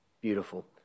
Beautiful